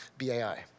BAI